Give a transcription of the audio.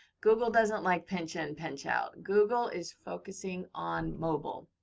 google doesn't like pinch in, pinch out. google is focusing on mobile.